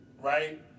right